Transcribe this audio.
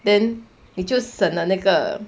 then 你就省了那个